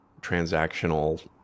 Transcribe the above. transactional